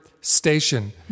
station